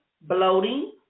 bloating